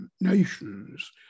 nations